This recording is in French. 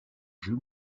jeu